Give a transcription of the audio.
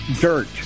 dirt